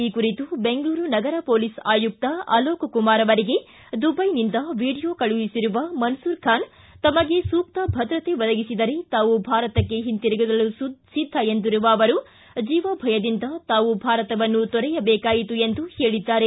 ಈ ಕುರಿತು ಬೆಂಗಳೂರು ನಗರ ಮೊಲೀಸ್ ಆಯುಕ್ತ ಅಲೋಕ್ ಕುಮಾರ ಅವರಿಗೆ ದುಬೈನಿಂದ ವಿಡಿಯೋ ಕಳುಹಿಸಿರುವ ಮನ್ಸೂರ್ ಖಾನ್ ತಮಗೆ ಸೂಕ್ತ ಭದ್ರತೆ ಒದಗಿಸಿದರೆ ತಾವು ಭಾರತಕ್ಕೆ ಹಿಂತಿರುಗಲು ಸಿದ್ದ ಎಂದಿರುವ ಅವರು ಜೀವ ಭಯದಿಂದ ತಾವು ಭಾರತವನ್ನು ತೊರೆಯಬೇಕಾಯಿತು ಎಂದು ಹೇಳಿದ್ದಾರೆ